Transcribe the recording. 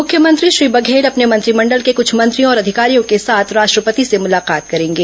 मुख्यमंत्री श्री बघेल अपने मंत्रिमंडल के कुछ मंत्रियों और अधिकारियों के साथ राष्ट्रपति से मुलाकात करेंगे